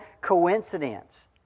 coincidence